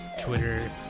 Twitter